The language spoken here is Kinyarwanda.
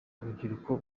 urubyiruko